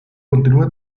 continúa